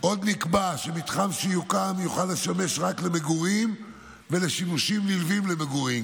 עוד נקבע שמתחם שיוקם יוכל לשמש רק למגורים ולשימושים נלווים למגורים,